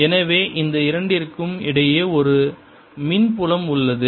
எனவே இந்த இரண்டிற்கும் இடையே ஒரு மின்புலம் உள்ளது